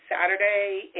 Saturday